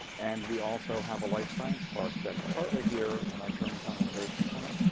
and we also have a life science park that's partly here in our germantown innovation center.